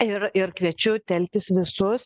ir ir kviečiu telktis visus